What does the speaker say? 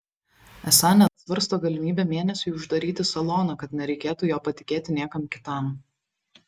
esą net svarsto galimybę mėnesiui uždaryti saloną kad nereikėtų jo patikėti niekam kitam